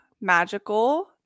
magical